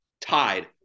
Tied